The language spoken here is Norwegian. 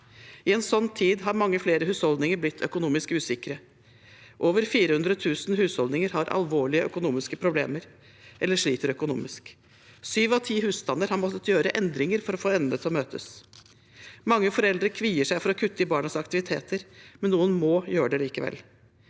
I en sånn tid har mange flere husholdninger blitt økonomisk usikre. Over 400 000 husholdninger har alvorlige økonomiske problemer eller sliter økonomisk. Syv av ti husstander har måttet gjøre endringer for å få endene til møtes. Mange foreldre kvier seg for å kutte i barnas aktiviteter, men noen må gjøre det likevel.